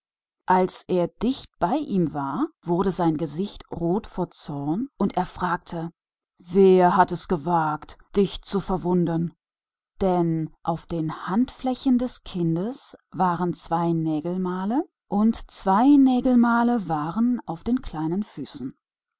als er ihm ganz nahe gekommen war wurde sein gesicht rot vor zorn und er sagte wer hat es gewagt dich zu verwunden denn an den handflächen des kindes waren male von zwei nägeln und male von zwei nägeln waren an den kleinen füßen